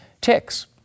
ticks